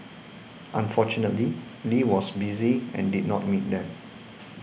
unfortunately Lee was busy and did not meet them